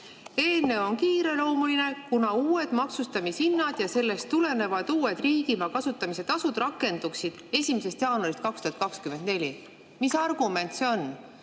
eelnõu on kiireloomuline, kuna uued maksustamishinnad ja sellest tulenevad uued riigimaa kasutamise tasud rakenduksid 1. jaanuarist 2024. Mis argument see on?